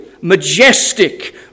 majestic